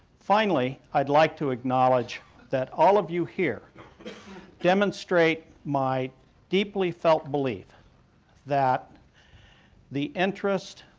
finally, i'd like to acknowledge that all of you here demonstrate my deeply felt belief that the interest,